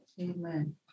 Amen